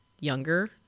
younger